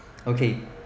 okay